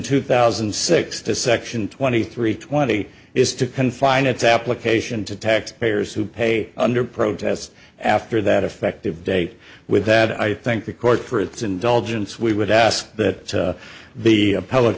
two thousand and six to section twenty three twenty is to confine its application to taxpayers who pay under protest after that effective date with that i think the court for its indulgence we would ask that the